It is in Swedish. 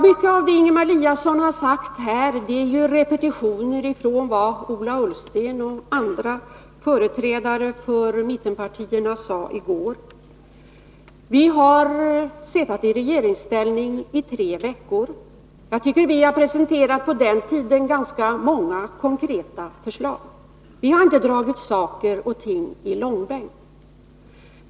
Mycket av det som Ingemar Eliasson här sagt är ju en repetition av vad Ola Ullsten och andra företrädare för mittenpartierna sade i går. Vi har suttit i regeringsställning i tre veckor. Jag tycker att vi på den tiden har presenterat ganska många konkreta förslag. Vi har inte dragit saker och ting i långbänk.